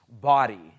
body